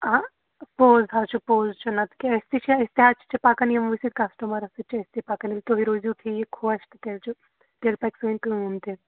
آ پوٚز حظ چھُ پوٚز چھُ نَتہٕ کیٛاہ أسۍ تہِ چھِ أسۍ تہِ حظ چھِ پَکان یِموٕے سۭتۍ کَسٹمَرَو سۭتۍ چھِ أسۍ تہِ پَکان ییٚلہِ تُہۍ روٗزِو ٹھیٖک خۄش تہٕ تیٚلہِ چھُ تیٚلہِ پَکہِ سٲنۍ کٲم تہِ